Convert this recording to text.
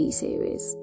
series